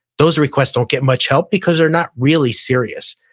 those requests don't get much help because they're not really serious.